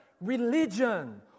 religion